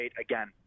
again